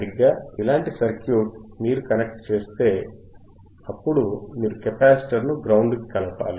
సరిగ్గా ఇలాంటి సర్క్యూట్ మీరు కనెక్ట్ చేస్తే అప్పుడు మీరు కెపాసిటర్ను గ్రౌండ్ కి కలపాలి